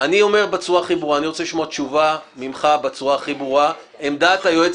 אני רוצה לשמוע ממך עמדה בצורה הכי ברורה: עמדת היועץ